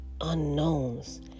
unknowns